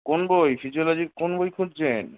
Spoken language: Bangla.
কোন বই ফিজিওলজির কোন বই খুঁজজেন